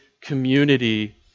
community